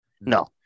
No